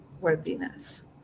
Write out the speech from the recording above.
worthiness